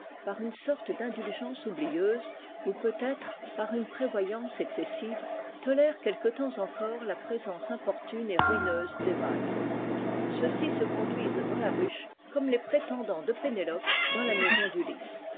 par une sorte d'indulgence oublieuse ou peutêtre par une prévoyance excessive tolèrent quelque temps encore la présence importune et ruineuse des mâles ceux-ci se con duisent dans la ruche comme les prétendants de pénélope dans la maison d'ulysse